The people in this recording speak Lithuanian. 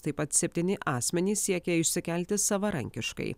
taip pat septyni asmenys siekia išsikelti savarankiškai